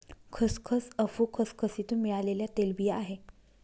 खसखस अफू खसखसीतुन मिळालेल्या तेलबिया आहे